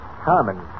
Harmon